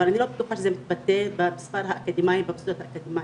אבל אני לא בטוחה שזה מתבטא במספר האקדמאים במוסדות האקדמאים,